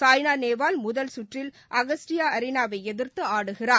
சாய்னா நேவால் முதல் கற்றில் அக்ஸியட்டா அரினா வை எதிர்த்து ஆடுகிறார்